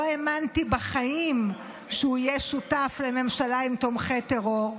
לא האמנתי בחיים שהוא יהיה שותף לממשלה עם תומכי טרור,